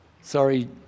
Sorry